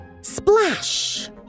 Splash